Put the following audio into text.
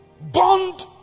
Bond